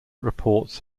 reports